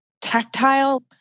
tactile